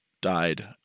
died